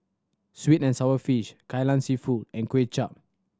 sweet and sour fish Kai Lan Seafood and Kuay Chap